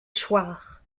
choir